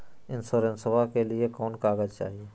इंसोरेंसबा के लिए कौन कागज चाही?